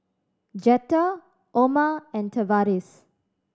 Jetta Oma and Tavaris